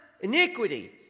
iniquity